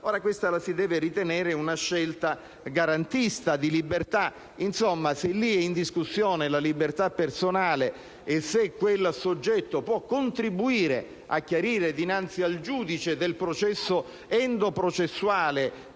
che questa sia una scelta garantista, di libertà: insomma, se è in discussione la libertà personale e se quel soggetto può contribuire a chiarire dinanzi al giudice del processo endoprocessuale